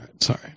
Sorry